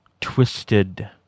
twisted